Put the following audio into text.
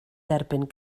derbyn